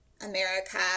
America